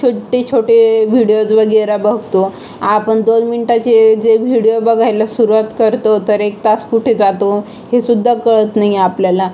छोटे छोटे व्हिडिओज वगैरे बघतो आपण दोन मिनटाचे जे व्हिडिओ बघायला सुरवात करतो तर एक तास कुठे जातो हे सुद्धा कळत नाही आहे आपल्याला